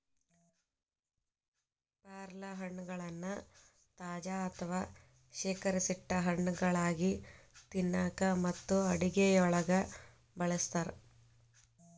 ಪ್ಯಾರಲಹಣ್ಣಗಳನ್ನ ತಾಜಾ ಅಥವಾ ಶೇಖರಿಸಿಟ್ಟ ಹಣ್ಣುಗಳಾಗಿ ತಿನ್ನಾಕ ಮತ್ತು ಅಡುಗೆಯೊಳಗ ಬಳಸ್ತಾರ